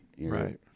right